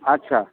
ଆଚ୍ଛା